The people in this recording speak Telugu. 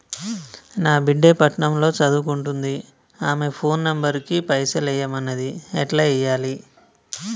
నా బిడ్డే పట్నం ల సదువుకుంటుంది ఆమె ఫోన్ నంబర్ కి పైసల్ ఎయ్యమన్నది ఎట్ల ఎయ్యాలి?